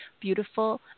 beautiful